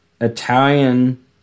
Italian